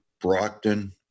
Brockton